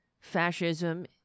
Fascism